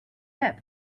hip